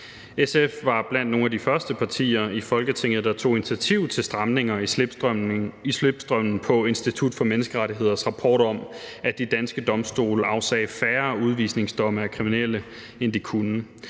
SF var blandt nogle af de første partier i Folketinget, der tog initiativ til stramninger i slipstrømmen af Institut for Menneskerettigheders rapport om, at de danske domstole afsagde færre udvisningsdomme af kriminelle, end de kunne.